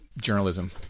journalism